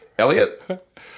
Elliot